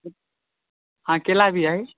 हँ केला भी हइ